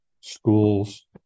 schools